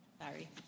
Sorry